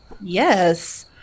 Yes